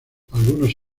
algunos